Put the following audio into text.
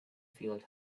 field